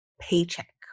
paycheck